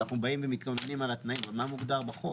כי אנחנו מתלוננים על התנאים, אבל מה מוגדר בחוק